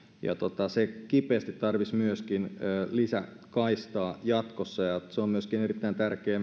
ja se kipeästi tarvitsisi myöskin lisäkaistaa jatkossa se vt yhdeksän on myöskin erittäin tärkeä